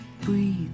breathe